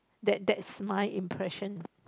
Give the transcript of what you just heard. that that is my impression